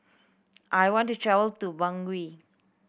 I want to travel to Bangui